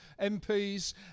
MPs